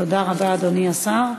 תודה רבה, אדוני השר.